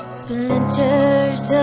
splinters